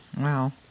Wow